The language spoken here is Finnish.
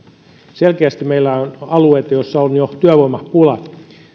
selkeästi meillä on alueita joilla on jo työvoimapula